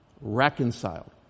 reconciled